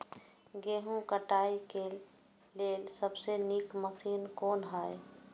गेहूँ काटय के लेल सबसे नीक मशीन कोन हय?